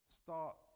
start